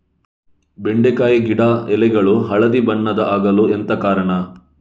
ಬೆಂಡೆಕಾಯಿ ಗಿಡ ಎಲೆಗಳು ಹಳದಿ ಬಣ್ಣದ ಆಗಲು ಎಂತ ಕಾರಣ?